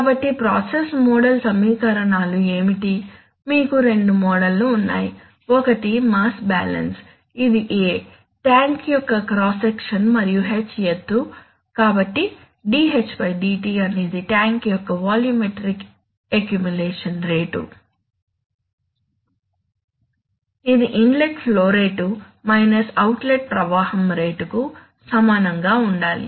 కాబట్టి process model సమీకరణాలు ఏమిటి మీకు రెండు మోడల్ లు ఉన్నాయి ఒకటి మాస్ బ్యాలెన్స్ ఇది A ట్యాంక్ యొక్క క్రాస్ సెక్షన్ మరియు H ఎత్తు కాబట్టి dH dt అనేది ట్యాంక్ యొక్క వాల్యూమెట్రిక్ ఎక్యుములేషన్ రేటు ఇది inlet flow rate minus outlet ప్రవాహం రేటుకు కు సమానంగా ఉండాలి